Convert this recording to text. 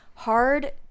hard